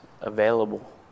available